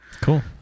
Cool